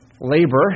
labor